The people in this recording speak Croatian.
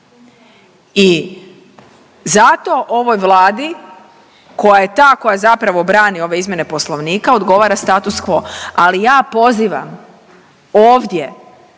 I zato ovoj Vladi koja je ta koja zapravo brani ove izmjene poslovnika odgovora status quo, ali ja pozivam ovdje